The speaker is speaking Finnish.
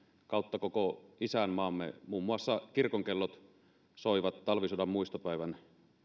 kautta koko isänmaamme muun muassa kirkonkellot soivat talvisodan muistopäivän